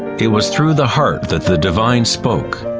it was through the heart that the divine spoke,